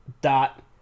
Dot